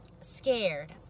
scared